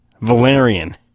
Valerian